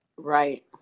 right